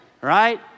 right